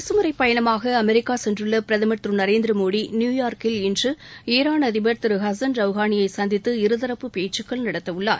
அரசுமுறைப் பயணமாக அமெரிக்கா சென்றுள்ள பிரதமர் திரு நரேந்திரமோடி நியூயார்க்கில் இன்று ஈரான் அதிபர் திரு ஹசன் ரவ்ஹானி சந்தித்து இருதரப்பு பேச்சுக்கள் நடத்தவுள்ளார்